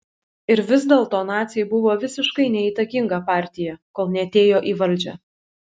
ir vis dėlto naciai buvo visiškai neįtakinga partija kol neatėjo į valdžią